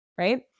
Right